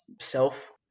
self